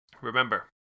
remember